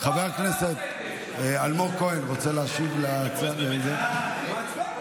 לא, זה לא היה בסדר.